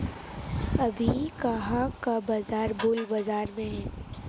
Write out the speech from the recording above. अभी कहाँ का बाजार बुल बाजार में है?